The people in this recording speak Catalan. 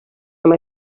amb